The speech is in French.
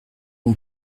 mon